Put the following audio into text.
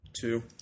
Two